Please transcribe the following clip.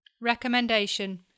Recommendation